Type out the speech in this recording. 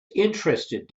interested